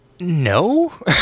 No